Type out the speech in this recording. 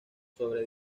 sobre